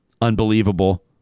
Unbelievable